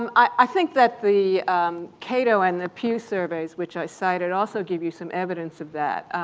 um i i think that the cato and the pew surveys, which i cited, also give you some evidence of that.